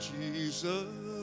Jesus